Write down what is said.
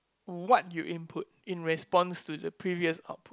what you input in response to the previous output